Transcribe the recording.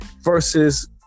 versus